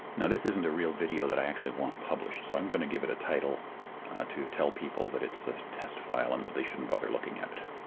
now this isn't a real video that i actually want published, so i'm going to give it a title to tell people that it's a test file and that they shouldn't bother looking at it.